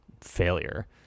failure